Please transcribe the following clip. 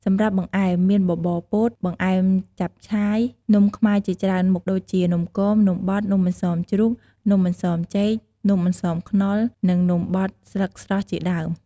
សម្រាប់បង្អែម មានបបរពោត បង្អែមចាប់ឆាយ នំខ្មែរជាច្រើនមុខ ដូចជា នំគម នំបត់ នំអន្សមជ្រូក នំអន្សមចេក នំអន្សមខ្នុរ និងនំបត់ស្លឹកស្រស់ជាដើម។។